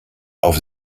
auf